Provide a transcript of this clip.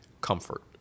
comfort